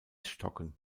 stocken